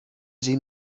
sie